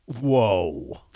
whoa